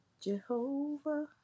Jehovah